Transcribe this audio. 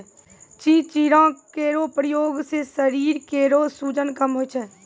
चिंचिड़ा केरो प्रयोग सें शरीर केरो सूजन कम होय छै